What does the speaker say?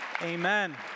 Amen